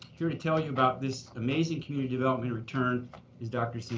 here to tell you about this amazing community development return is dr. scinto.